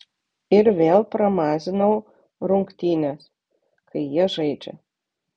ir vėl pramazinau rungtynes kai jie žaidžia